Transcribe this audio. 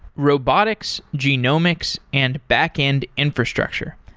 robotics, genomics and backend infrastructure,